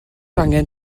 angen